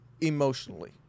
emotionally